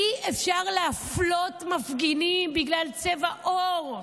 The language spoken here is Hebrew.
אי-אפשר להפלות מפגינים בגלל צבע עור.